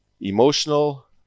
emotional